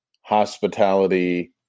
hospitality